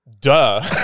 Duh